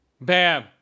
Bam